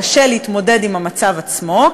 קשה להתמודד עם המצב עצמו,